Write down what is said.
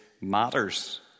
Matters